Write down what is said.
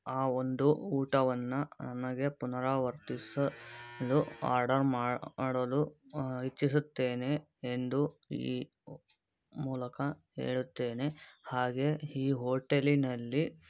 ಆ ಒಂದು ಊಟವನ್ನು ನನಗೆ ಪುನರಾವರ್ತಿಸಲು ಆರ್ಡರ್ ಮಾ ಮಾಡಲು ಇಚ್ಛಿಸುತ್ತೇನೆ ಎಂದು ಈ ಮೂಲಕ ಹೇಳುತ್ತೇನೆ ಹಾಗೆ ಈ ಹೋಟಲಿನಲ್ಲಿ